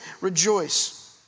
rejoice